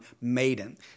maiden